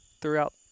throughout